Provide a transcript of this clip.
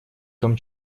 том